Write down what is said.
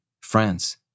France